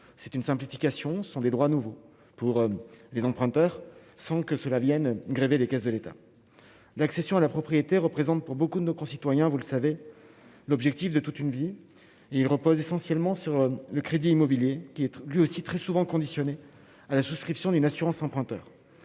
c'est une simplification sont des droits nouveaux pour les emprunteurs, sans que cela Vienne grever les caisses de l'État, l'accession à la propriété, représente pour beaucoup de nos concitoyens, vous le savez, l'objectif de toute une vie, il repose essentiellement sur le crédit immobilier qui est lui aussi très souvent conditionnés à la souscription d'une assurance emprunteur